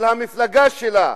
של המפלגה שלה,